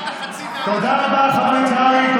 תודה רבה, חבר הכנסת קרעי.